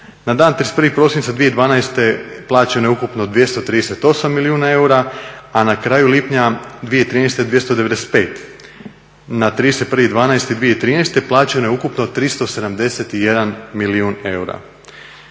na dan 31. prosinca 2012. plaćeno je ukupno 238 milijuna eura, a na kraju lipnja 2013. 295, na 31.12.2013. plaćeno je ukupno 371 milijun eura.